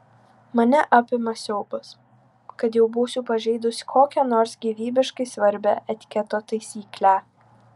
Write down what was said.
mane apima siaubas kad jau būsiu pažeidusi kokią nors gyvybiškai svarbią etiketo taisyklę